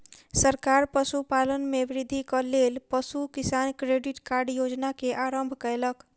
सरकार पशुपालन में वृद्धिक लेल पशु किसान क्रेडिट कार्ड योजना के आरम्भ कयलक